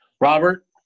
Robert